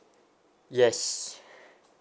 yes